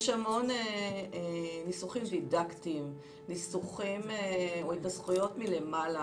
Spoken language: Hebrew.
יש המון ניסוחים דידקטיים או התנסחות מלמעלה,